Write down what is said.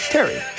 Terry